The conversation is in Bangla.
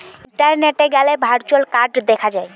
ইন্টারনেটে গ্যালে ভার্চুয়াল কার্ড দেখা যায়